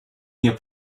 your